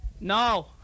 No